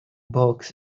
box